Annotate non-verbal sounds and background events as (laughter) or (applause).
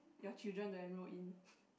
your children to enrol in (laughs)